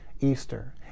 Easter